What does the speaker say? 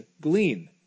glean